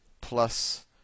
plus